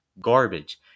garbage